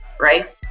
right